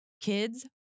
kids